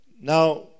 Now